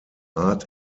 art